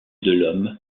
delhomme